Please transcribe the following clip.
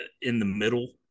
in-the-middle